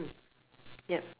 mm yup